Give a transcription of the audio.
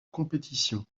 compétition